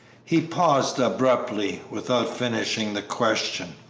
he paused abruptly, without finishing the question.